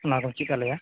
ᱚᱱᱟ ᱠᱚᱢ ᱪᱮᱫ ᱟᱞᱮᱭᱟ